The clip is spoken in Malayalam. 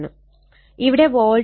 ഇവിടെ വോൾട്ടേജ് 10 ആംഗിൾ 0° ആണ്